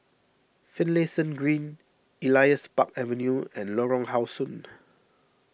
Finlayson Green Elias Park Avenue and Lorong How Sun